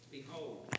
Behold